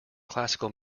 classical